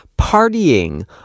partying